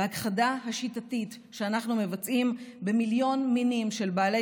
בהכחדה השיטתית שאנחנו מבצעים במיליון מינים של בעלי